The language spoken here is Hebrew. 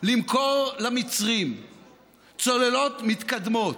למכור למצרים צוללות מתקדמות,